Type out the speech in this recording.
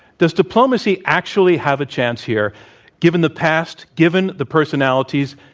does diplomacy actually have a chance here given the past? given the personalities?